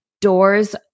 Doors